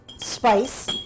spice